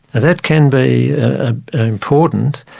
that can be important